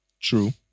true